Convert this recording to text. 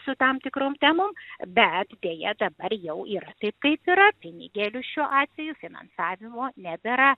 su tam tikrom temom bet deja dabar jau yra taip kaip yra pinigėlių šiuo atveju finansavimo nebėra